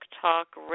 talk